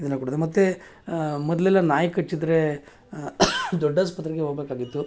ಇದನ್ನು ಕೊಡೋದು ಮತ್ತೆ ಮೊದಲೆಲ್ಲ ನಾಯಿ ಕಚ್ಚಿದ್ರೆ ದೊಡ್ಡ ಆಸ್ಪತ್ರೆಗೆ ಹೋಗ್ಬೇಕಾಗಿತ್ತು